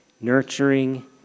nurturing